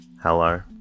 Hello